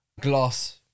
glass